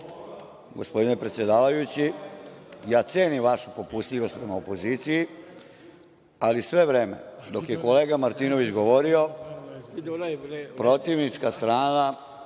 109.Gospodine predsedavajući, cenim vašu popustljivost prema opoziciji, ali sve vreme dok je kolega Martinović govorio protivnička strana,